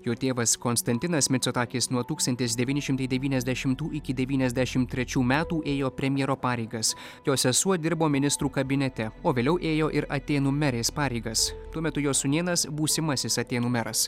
jo tėvas konstantinas micotakis nuo tūkstantis devyni šimtai devyniasdešimtų iki devyniasdešim trečių metų ėjo premjero pareigas jo sesuo dirbo ministrų kabinete o vėliau ėjo ir atėnų merės pareigas tuo metu jo sūnėnas būsimasis atėnų meras